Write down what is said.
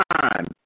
time